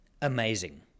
amazing